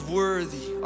worthy